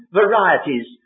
varieties